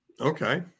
Okay